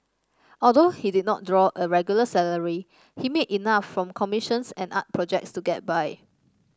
although he did not draw a regular salary he made enough from commissions and art projects to get by